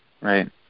right